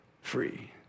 free